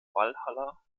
walhalla